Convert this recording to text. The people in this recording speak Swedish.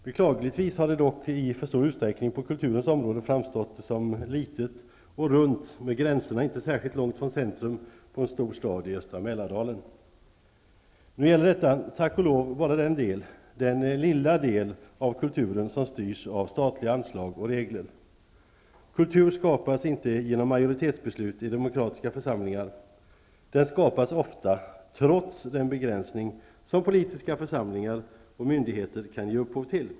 Beklagligtvis har Sverige dock i för stor utsträckning på kulturens område framstått som litet och runt med gränserna inte särskilt långt från centrum på en stor stad i östra Nu gäller detta tack och lov bara den lilla del av kulturen som styrs av statliga anslag och regler. Kultur skapas inte genom majoritetsbeslut i demokratiska församlingar. Den skapas ofta trots den begränsning som politiska församlingar och myndigheter kan ge upphov till.